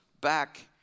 back